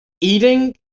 Eating